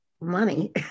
money